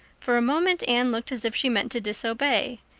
for a moment anne looked as if she meant to disobey.